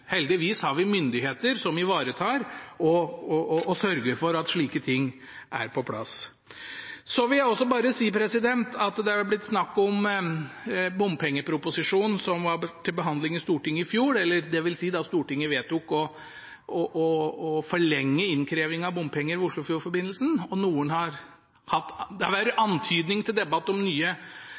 Heldigvis har vi myndigheter som ivaretar og sørger for at slike ting er på plass. Jeg vil bare si at det har vært snakk om proposisjonen om bompenger som var til behandling i Stortinget i fjor, dvs. da Stortinget vedtok å forlenge innkrevingen av bompenger knyttet til Oslofjordforbindelsen. Det har vært antydning til debatt om